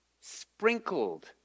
sprinkled